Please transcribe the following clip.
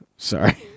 Sorry